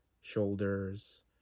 shoulders